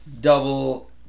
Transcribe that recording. double